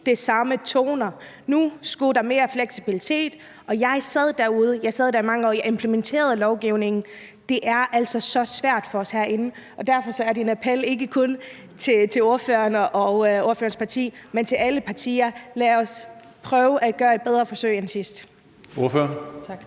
de samme toner: Nu skulle der mere fleksibilitet til. Og jeg sad derude i mange år, og jeg implementerede lovgivningen. Det er altså så svært for os herinde, og derfor er det en appel, ikke kun til ordføreren og ordførerens parti, men til alle partier: Lad os prøve at gøre et bedre forsøg end sidst.